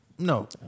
No